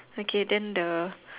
okay then the